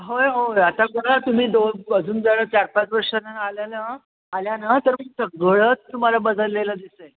होय होय आता सगळं तुम्ही दोन अजून जरा चार पाच वर्षांनी आले ना आल्यानंतर सगळंच तुम्हाला बदलेलं दिसेल